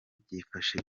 byifashe